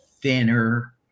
thinner